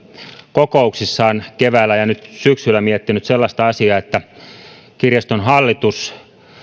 kokouksissaan keväällä ja nyt syksyllä miettinyt sellaista asiaa että kirjaston hallitus